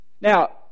Now